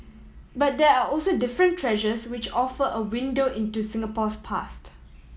but there are also different treasures which offer a window into Singapore's past